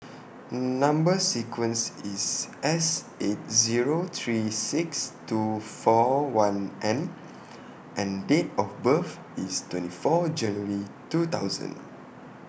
Number sequence IS S eight Zero three six two four one N and Date of birth IS twenty four January two thousand